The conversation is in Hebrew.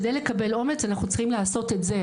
כדי לקבל אומץ אנחנו צריכים לעשות את זה,